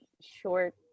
short